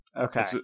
Okay